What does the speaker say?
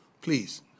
Please